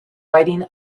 riding